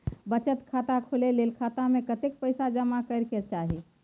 बचत खाता खोले के लेल खाता में कतेक पैसा जमा करे के चाही?